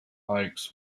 oakes